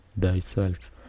Thyself